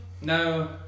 no